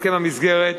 הסכם המסגרת,